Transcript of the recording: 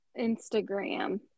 Instagram